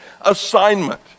assignment